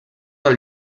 del